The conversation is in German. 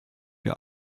der